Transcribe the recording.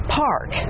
park